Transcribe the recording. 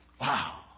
Wow